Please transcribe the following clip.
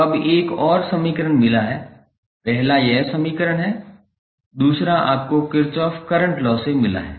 तो अब एक और समीकरण मिला है पहला यह समीकरण है दूसरा आपको किरचॉफ करंट लॉ से मिला है